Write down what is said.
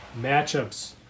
Matchups